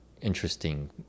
interesting